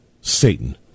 Satan